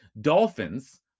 Dolphins